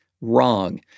Wrong